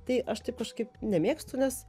tai aš taip kažkaip nemėgstu nes